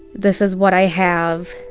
this is what i have.